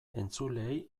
entzuleei